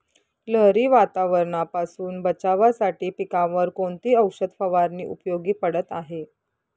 लहरी वातावरणापासून बचावासाठी पिकांवर कोणती औषध फवारणी उपयोगी पडत आहे?